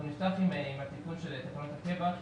אנחנו נפתח עם תיקון לתקנות הקבע.